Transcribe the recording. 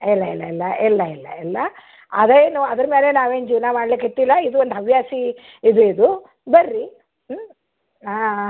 ಇಲ್ಲ ಇಲ್ಲ ಇಲ್ಲ ಇಲ್ಲ ಇಲ್ಲ ಇಲ್ಲ ಅದೇನು ಅದ್ರ ಮೇಲೆ ನಾವೇನು ಜೀವನ ಮಾಡ್ಲಿಕ್ಕತ್ತಿಲ್ಲ ಇದು ಒಂದು ಹವ್ಯಾಸ ಇದು ಇದು ಬನ್ರಿ ಹ್ಞೂ ಹಾಂ